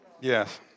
Yes